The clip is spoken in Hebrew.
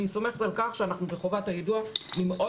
אני סומכת על כך שבחובת היידוע אנחנו נגיע להסכמה.